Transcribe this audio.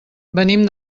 venim